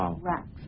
Racks